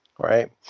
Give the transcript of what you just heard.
Right